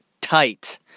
tight